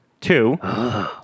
two